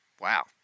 wow